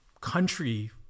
country